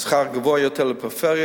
על שכר גבוה יותר לפריפריה,